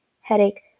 headache